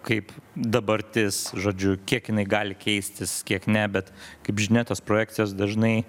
kaip dabartis žodžiu kiek jinai gali keistis kiek ne bet kaip žinia tos projekcijos dažnai